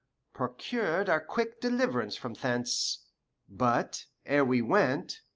procured our quick deliverance from thence but, ere we went,